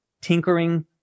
Tinkering